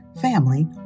family